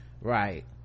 right